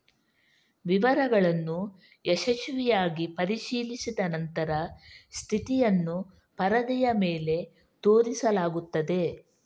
ವಿವರಗಳನ್ನು ಯಶಸ್ವಿಯಾಗಿ ಪರಿಶೀಲಿಸಿದ ನಂತರ ಸ್ಥಿತಿಯನ್ನು ಪರದೆಯ ಮೇಲೆ ತೋರಿಸಲಾಗುತ್ತದೆ